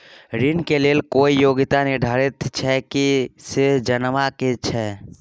ऋण के लेल कोई योग्यता निर्धारित छै की से जनबा के छै?